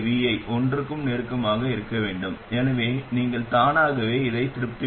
வெளியீட்டு எதிர்ப்பானது பூஜ்ஜியத்திற்கு சமமாக இருக்க வேண்டும் என்று நாங்கள் விரும்பினோம்